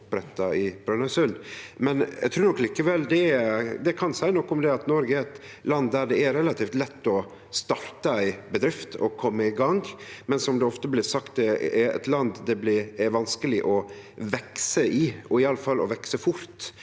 Eg trur likevel det kan seie noko om at Noreg er eit land der det er relativt lett å starte ei bedrift og kome i gang, men – som det ofte blir sagt – det er eit land det er vanskeleg å vekse i, og iallfall å vekse fort